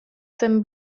zen